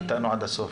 את איתנו עד הסוף,